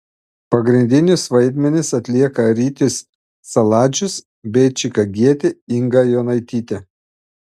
pagrindinius vaidmenis atlieka rytis saladžius bei čikagietė inga jonaitytė